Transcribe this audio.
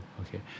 Okay